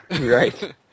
right